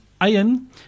iron